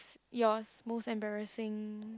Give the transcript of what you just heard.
yours most embarrassing